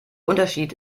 unterschied